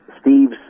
Steve's